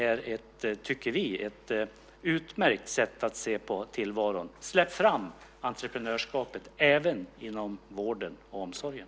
Det tycker vi är ett utmärkt sätt att se på tillvaron. Släpp fram entreprenörskapet även inom vården och omsorgen!